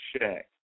Shack